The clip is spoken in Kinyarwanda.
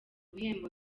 bihembo